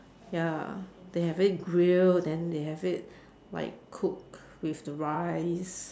ya they have it grilled then they have it like cooked with the rice